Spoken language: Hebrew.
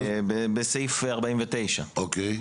בסעיף 49. אוקיי.